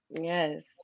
yes